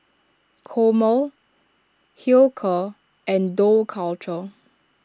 Chomel Hilker and Dough Culture